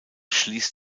schließt